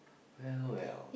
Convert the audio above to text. well well